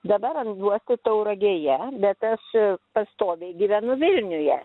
dabar randuosi tauragėje bet aš pastoviai gyvenu vilniuje